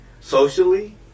socially